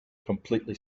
completely